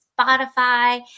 Spotify